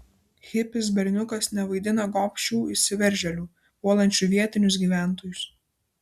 hipis berniukas nevaidina gobšių įsiveržėlių puolančių vietinius gyventojus